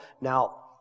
Now